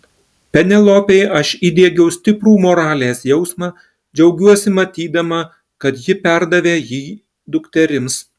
penelopei aš įdiegiau stiprų moralės jausmą džiaugiuosi matydama kad ji perdavė jį dukterims